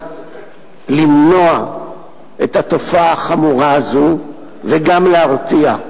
למנוע את התופעה החמורה הזו וגם להרתיע.